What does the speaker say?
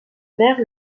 mère